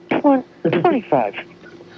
Twenty-five